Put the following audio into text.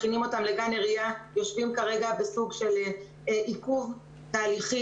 מכינים אותם לגן עירייה יושבים כרגע בסוג של עיכוב תהליכים.